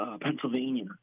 Pennsylvania